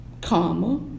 karma